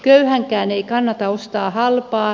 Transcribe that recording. köyhänkään ei kannata ostaa halpaa